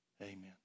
amen